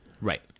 Right